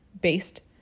based